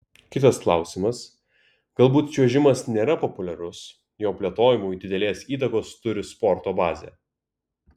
kitas klausimas galbūt čiuožimas nėra populiarus jo plėtojimui didelės įtakos turi sporto bazė